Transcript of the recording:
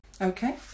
Okay